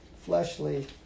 fleshly